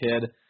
kid